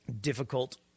difficult